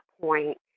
point